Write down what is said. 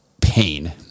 pain